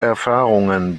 erfahrungen